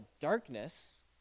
darkness